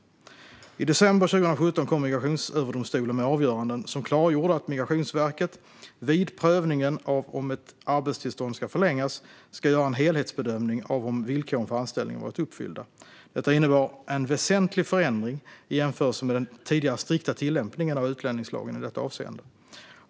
I december 2017 kom Migrationsöverdomstolen med avgöranden som klargjorde att Migrationsverket vid prövningen av om ett arbetstillstånd ska förlängas ska göra en helhetsbedömning av om villkoren för anställningen varit uppfyllda. Detta innebar en väsentlig förändring i jämförelse med den tidigare strikta tillämpningen av utlänningslagen i detta avseende.